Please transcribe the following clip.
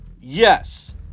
yes